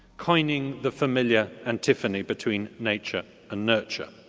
coining the familiar antiphony between nature and nurture.